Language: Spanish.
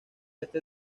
este